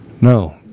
no